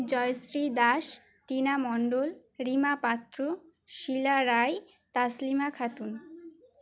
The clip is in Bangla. জয়শ্রী দাস টিনা মণ্ডল রীমা পাত্র শীলা রায় তাসলিমা খাতুন